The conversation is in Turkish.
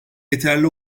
yeterli